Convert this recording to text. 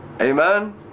Amen